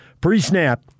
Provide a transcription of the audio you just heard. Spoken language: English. Pre-snap